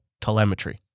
telemetry